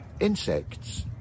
insects